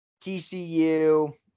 TCU